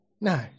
No